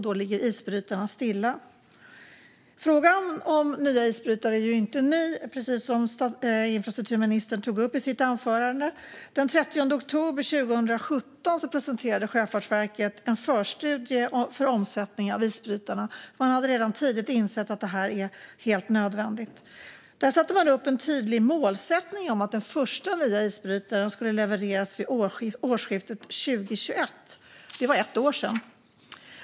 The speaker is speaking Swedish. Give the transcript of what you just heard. Då ligger isbrytarna stilla. Frågan om nya isbrytare är ju inte ny, precis som infrastrukturministern tog upp i sitt anförande. Den 30 oktober 2017 presenterade Sjöfartsverket en förstudie för omsättning av isbrytarna; man hade tidigt insett att detta är helt nödvändigt. Där satte man upp en tydlig målsättning om att den första nya isbrytaren skulle levereras vid årsskiftet 2020/21. Det var ett år sedan.